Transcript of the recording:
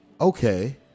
okay